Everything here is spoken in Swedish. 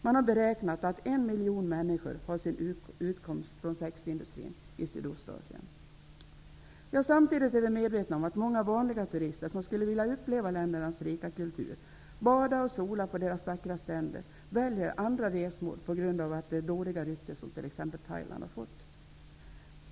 Man har beräknat att en miljon människor har sin utkomst från sexindustrin i Sydostasien. Samtidigt är vi medvetna om att många vanliga turister, som skulle vilja uppleva ländernas rika kultur, bada och sola på deras vackra stränder, väljer andra resmål på grund av det dåliga rykte som t.ex. Thailand har fått.